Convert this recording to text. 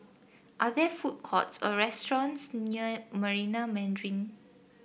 are there food courts or restaurants near Marina Mandarin